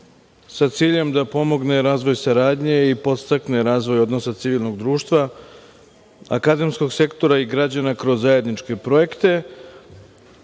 sa ciljem da pomogne razvoj saradnje i podstakne razvoj odnosa civilnog društva, akademskog sektora i građana kroz zajedničke projekte,